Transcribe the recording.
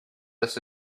this